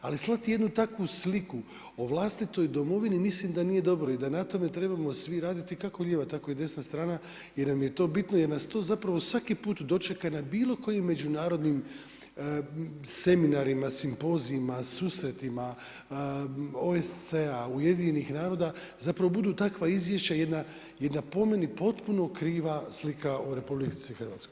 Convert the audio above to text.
Ali slati jednu takvu sliku o vlastitoj domovini mislim da nije dobro i da na tome trebamo svi raditi, kako lijeva tako i desna strana, jer nam je to bitno, jer nas to zapravo svaki put dočeka na bilo kojim međunarodnim seminarima, simpozijima, susretima, OSC-a, UN-a, zapravo budu takva izvješća, je po meni potpuna kriva slika o RH.